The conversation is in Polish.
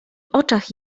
oczach